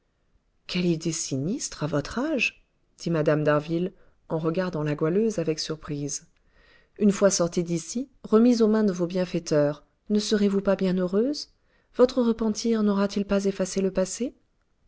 quelle idée sinistre à votre âge dit mme d'harville en regardant la goualeuse avec surprise une fois sortie d'ici remise aux mains de vos bienfaiteurs ne serez-vous pas bien heureuse votre repentir naura t il pas effacé le passé